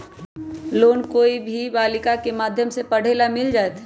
Loan कोई भी बालिका के माध्यम से पढे ला मिल जायत?